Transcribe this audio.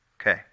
Okay